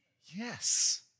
Yes